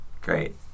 Great